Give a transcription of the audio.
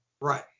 right